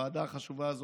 שבוועדה החשובה הזאת,